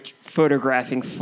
photographing